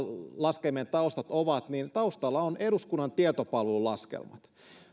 laskelmien taustat ovat että taustalla ovat eduskunnan tietopalvelun laskelmat